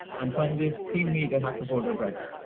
and when they seen me they had to hold their breathe,